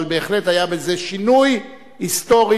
אבל בהחלט היה בזה שינוי היסטורי,